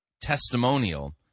testimonial